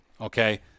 Okay